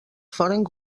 foren